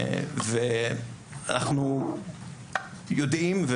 אנחנו יודעים,